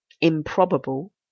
improbable